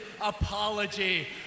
apology